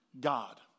God